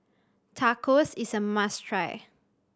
tacos is a must try